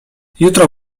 jutro